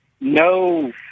no